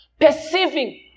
perceiving